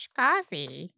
coffee